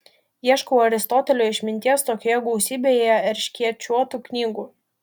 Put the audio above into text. ieškau aristotelio išminties tokioje gausybėje erškėčiuotų knygų